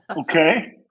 Okay